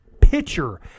pitcher